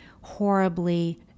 horribly